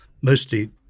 mostly